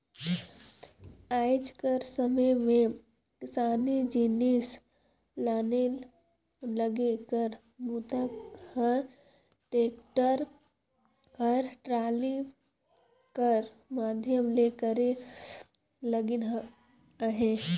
आएज कर समे मे किसानी जिनिस लाने लेगे कर बूता ह टेक्टर कर टराली कर माध्यम ले करे लगिन अहे